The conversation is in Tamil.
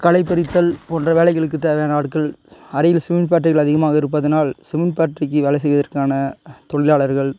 களை பறித்தல் போன்ற வேலைகளுக்கு தேவையான ஆட்கள் அரியலூரில் சிமெண்ட் ஃபேக்ட்ரிகள் அதிகமாக இருப்பதினால் சிமெண்ட் ஃபேக்ட்ரிக்கு வேலை செய்வதற்கான தொழிலாளர்கள்